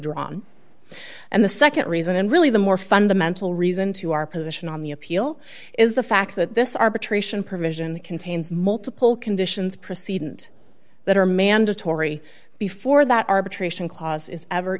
drawn and the nd reason and really the more fundamental reason to our position on the appeal is the fact that this arbitration provision contains multiple conditions proceed and that are mandatory before that arbitration clause is ever